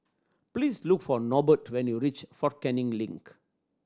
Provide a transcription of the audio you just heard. please look for Norbert when you reach Fort Canning Link